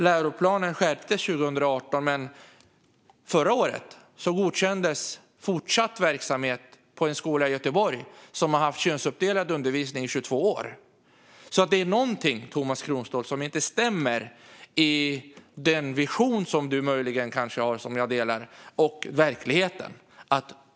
Läroplanen skärptes 2018, men förra året godkändes fortsatt verksamhet på en skola i Göteborg som har haft könsuppdelad undervisning i 22 år. Det är alltså någonting som inte stämmer överens mellan verkligheten och den vision som Tomas Kronståhl möjligen har och som jag delar.